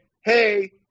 hey